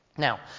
Now